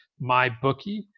MyBookie